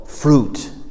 Fruit